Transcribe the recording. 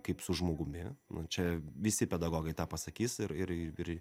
kaip su žmogumi man čia visi pedagogai tą pasakys ir ir ir